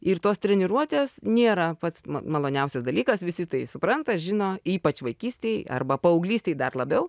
ir tos treniruotės nėra pats maloniausias dalykas visi tai supranta žino ypač vaikystėj arba paauglystėj dar labiau